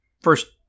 first